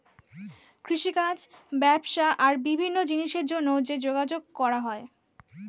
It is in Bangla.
কৃষিকাজ, ব্যবসা আর বিভিন্ন জিনিসের জন্যে যে যোগাযোগ করা হয়